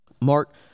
Mark